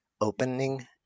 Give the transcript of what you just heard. opening